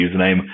username